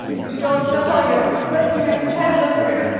you build, they'll tell you. but you know, you try to look through.